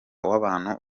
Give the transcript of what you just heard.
wabantu